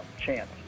chance